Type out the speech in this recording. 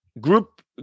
group